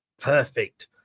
Perfect